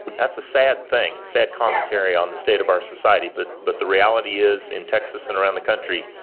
that's a sad thing, sad commentary on the state of our society, but but the reality is, in texas and around the country,